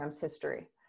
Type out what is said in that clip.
history